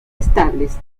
estables